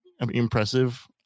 impressive